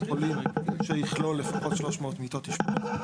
חולים שיכלול לפחות 300 מיטות אשפוז,